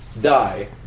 die